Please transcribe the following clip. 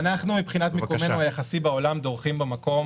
מבחינת מקומנו היחסי בעולם, דורכים במקום